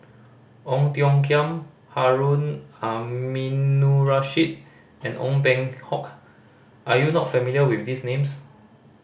Ong Tiong Khiam Harun Aminurrashid and Ong Peng Hock are you not familiar with these names